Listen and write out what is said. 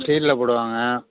ஸ்டீல்ல போடுவாங்கள்